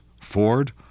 Ford